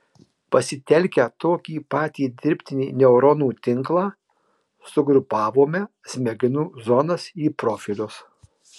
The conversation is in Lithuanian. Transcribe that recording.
pasitelkę tokį patį dirbtinį neuronų tinklą sugrupavome smegenų zonas į profilius